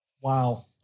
wow